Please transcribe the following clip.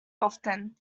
often